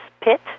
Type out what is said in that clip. Pit